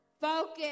Focus